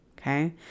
okay